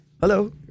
Hello